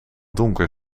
donker